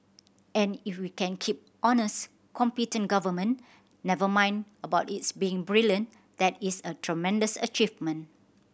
and if we can keep honest competent government never mind about its being brilliant that is a tremendous achievement